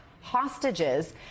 hostages